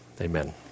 amen